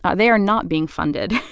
ah they are not being funded.